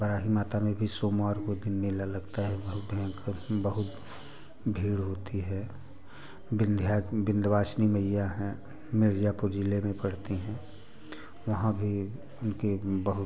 वाराही माता में भी सोमवार को दिन मेला लगता है बहुत भयंकर बहुत भीड़ होती है विंध्य विंध्यवासिनी मैया हैं मिर्ज़ापुर ज़िले में पड़ती हैं वहाँ भी उनके बहुत